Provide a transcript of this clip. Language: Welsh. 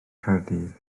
caerdydd